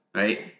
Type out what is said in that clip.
right